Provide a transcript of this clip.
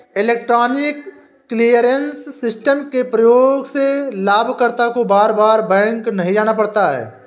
electronic clearance system के प्रयोग से लाभकर्ता को बार बार बैंक नहीं जाना पड़ता है